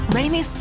Rainy